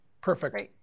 Perfect